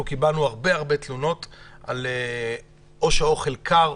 אנחנו קיבלנו בימים האחרונים הרבה מאוד תלונות על כך שהאוכל קר,